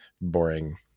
boring